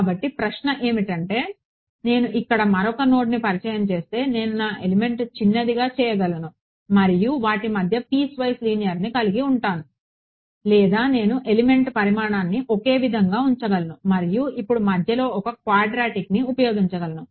కాబట్టి ప్రశ్న ఏమిటంటే నేను ఇక్కడ మరొక నోడ్ను పరిచయం చేస్తే నేను నా ఎలిమెంట్ చిన్నదిగా చేయగలను మరియు వాటి మధ్య పీస్వైస్ లీనియర్ను కలిగి ఉంటాను లేదా నేను ఎలిమెంట్ పరిమాణాన్ని ఒకే విధంగా ఉంచగలను మరియు ఇప్పుడు మధ్యలో ఒక క్వాడ్రాటిక్ను ఉపయోగించగలను